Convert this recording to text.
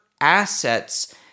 assets